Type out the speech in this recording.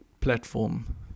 platform